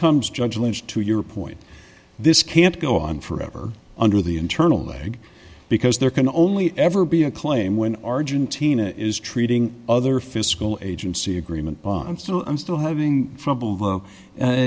comes judgment to your point this can't go on forever under the internal leg because there can only ever be a claim when argentina is treating other fiscal agency agreement by them so i'm still having